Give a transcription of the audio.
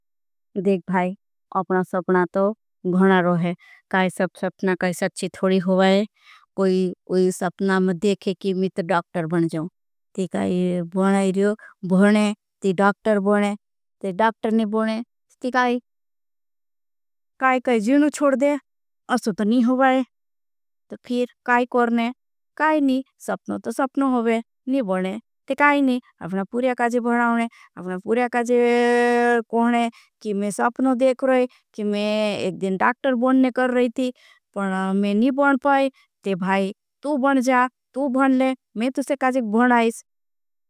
देख भाई अपना सपना तो गनरो है काई सब सपना काई सच्ची थोड़ी होगा है। कोई सपना में देखे कि मैं तो डॉक्टर बन जाओं ते काई बोनाई रियो बोनें। ते डॉक्टर बोनें ते डॉक्टर नहीं बोनें ते काई काई जीवनों छोड़ दे असो तो नहीं। हो बाए तो खिर काई करनें काई नहीं सपनों तो सपनों होगे नहीं बोनें ते। काई नहीं अपना पूर्या काजी बनाओं अपना पूर्या काजी। कोणें कि मैं सपनों देख रहा हूँ कि मैं एक दिन डॉक्टर बोनने कर रही थी। पर मैं नहीं बोन पाए ते भाई तू बोन जा तू बोन ले मैं तुसे काजी बोनाओं।